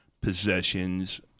possessions